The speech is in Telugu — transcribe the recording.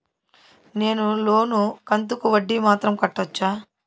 నేను లోను కంతుకు వడ్డీ మాత్రం కట్టొచ్చా?